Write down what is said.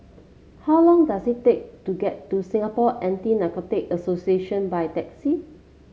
how long does it take to get to Singapore Anti Narcotics Association by taxi